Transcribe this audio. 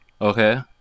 Okay